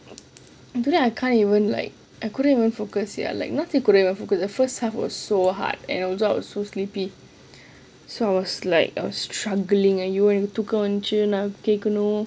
and then I can't even like I couldn't even focus you know like முடியல:mudiyalle the first half was so hard and I was so sleepy so I was like struggling and ஐயோ எனக்கு தூக்கம் வந்திச்சி:ayyo enakku thookkam vanthichi